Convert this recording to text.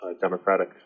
Democratic